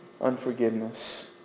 Unforgiveness